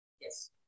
Yes